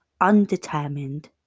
undetermined